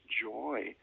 joy